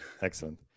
Excellent